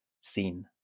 seen